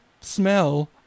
smell